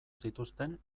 zituzten